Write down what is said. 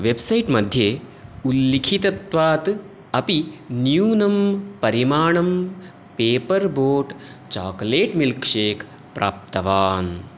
website मध्ये उल्लिखितत्वात् अपि न्यूनं परिमाणं paper boat chocolate milk shake प्राप्तवान्